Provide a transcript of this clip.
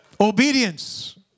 Obedience